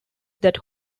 that